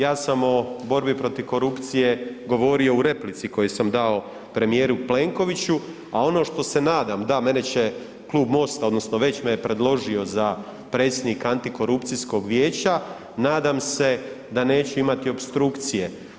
Ja sam o borbi protiv korupcije govorio u replici koju sam dao premijeru Plenkoviću, a ono što se nadam, da mene će Klub MOST-a odnosno već me je predložio za predsjednika Antikorupcijskog vijeća, nadam se da neću imati opstrukcije.